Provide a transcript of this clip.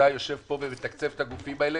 אתה יושב פה ומתקצב את הגופים האלה.